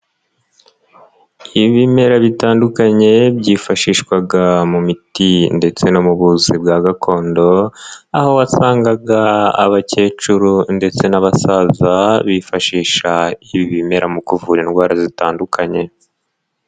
Ibimera bitandukanye byifashishwaga mu miti ndetse no mu buvuzi bwa gakondo, aho wasangaga abakecuru ndetse n'abasaza bifashisha ibi bimera mu kuvura indwara zitandukanye.